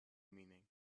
meaning